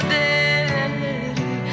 daddy